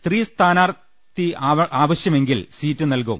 സ്ത്രീ സ്ഥാനാർഥി ആവശ്യമാണെങ്കിൽ സീറ്റ് നൽകും